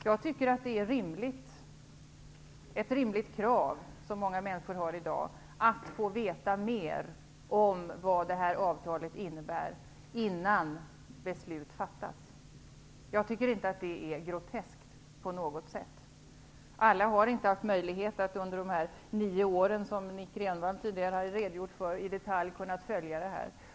Jag tycker att det är rimligt att, som många människor i dag gör, kräva att få veta mer om vad det här avtalet innebär innan beslut fattas. Jag tycker inte att det är groteskt på något sätt. Alla har inte haft möjlighet att under de nio år som Nic Grönvall tidigare har redogjort för i detalj följa det här.